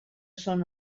són